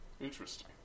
Interesting